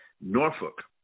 Norfolk